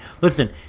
Listen